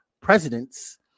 presidents